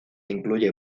incluye